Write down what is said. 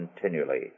continually